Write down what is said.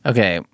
Okay